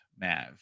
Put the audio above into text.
Mav